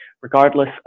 regardless